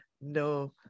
no